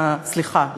סליחה,